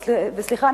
סליחה,